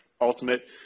ultimate